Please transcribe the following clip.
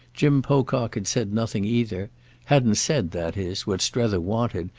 jim pocock had said nothing either hadn't said, that is, what strether wanted,